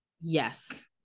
Yes